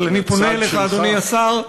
אבל אני פונה אליך, אדוני השר,